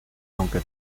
aunque